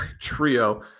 trio